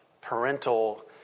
parental